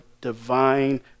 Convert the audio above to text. divine